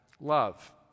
love